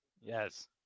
Yes